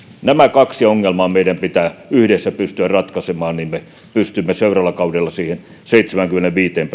nämä kaksi ongelmaa meidän pitää yhdessä pystyä ratkaisemaan niin me pystymme seuraavalla kaudella siihen seitsemäänkymmeneenviiteen